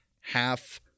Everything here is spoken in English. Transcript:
half